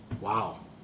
wow